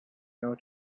your